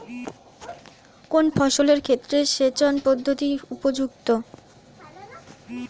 কোন ফসলের ক্ষেত্রে সেচন পদ্ধতি উপযুক্ত?